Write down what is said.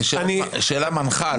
זאת שאלה מנחה.